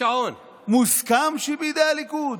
מוסכם שבידי הליכוד?